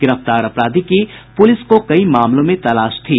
गिरफ्तार अपराधी की पुलिस को कई मामलों में तलाश थी